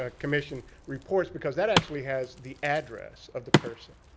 ah commission reports. because that actually has the address of the person.